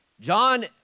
John